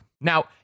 Now